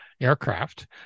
aircraft